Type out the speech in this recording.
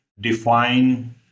define